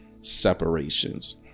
separations